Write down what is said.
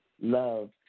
love